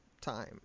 time